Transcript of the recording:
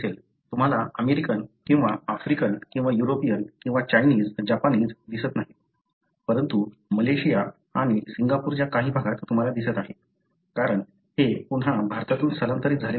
तुम्हाला अमेरिकन किंवा आफ्रिकन किंवा युरोपियन किंवा चायनीज जपानीमध्ये दिसत नाही परंतु मलेशिया आणि सिंगापूरच्या काही भागात तुम्हाला दिसत आहे कारण हे पुन्हा भारतातून स्थलांतरित झालेले लोक आहेत